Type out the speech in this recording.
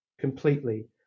completely